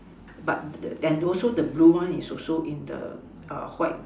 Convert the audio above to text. but the and also the blue one is also in the white